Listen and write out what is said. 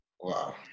Wow